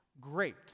great